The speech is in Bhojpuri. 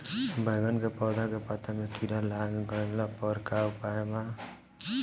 बैगन के पौधा के पत्ता मे कीड़ा लाग गैला पर का उपाय बा?